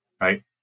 Right